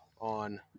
on